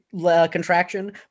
contraction